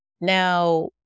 Now